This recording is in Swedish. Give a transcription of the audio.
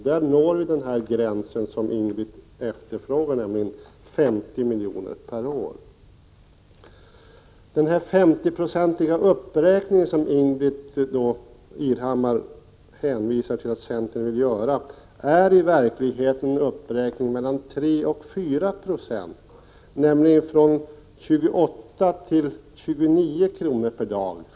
Där når vi alltså den gräns som Ingbritt Irhammar efterfrågar, nämligen 50 miljoner per år. Den 50-procentiga uppräkning som Ingbritt Irhammar säger att centern vill göra är i verkligheten en uppräkning med mellan 3 och 4 96, nämligen från 28 till 29 kr. per dag.